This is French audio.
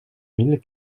mille